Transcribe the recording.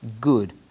good